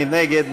מי נגד?